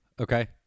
Okay